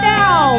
now